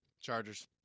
Chargers